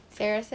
saya rasa